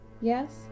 Yes